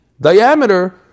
diameter